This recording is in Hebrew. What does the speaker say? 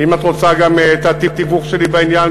ואם את רוצה את התיווך שלי בעניין,